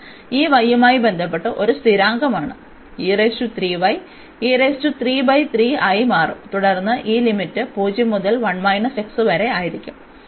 എന്നത് ഈ y യുമായി ബന്ധപ്പെട്ട് ഒരു സ്ഥിരാങ്കമാണ് ആയി മാറും തുടർന്ന് ഈ ലിമിറ്റ് 0 മുതൽ വരെ ആയിരിക്കും